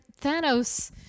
thanos